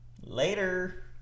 Later